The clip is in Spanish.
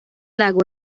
lago